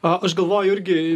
a aš galvoju irgi